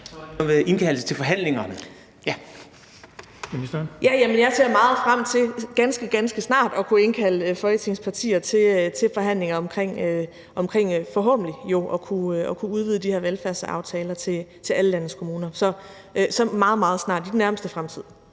Jeg ser meget frem til ganske, ganske snart at kunne indkalde Folketingets partier til forhandlinger omkring jo forhåbentlig at kunne udvide de her velfærdsaftaler til alle landets kommuner. Så det bliver meget, meget snart, i den nærmeste fremtid.